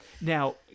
Now